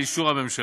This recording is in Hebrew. לאישור הממשלה.